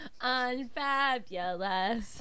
Unfabulous